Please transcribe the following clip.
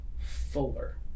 fuller